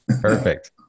Perfect